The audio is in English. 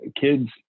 kids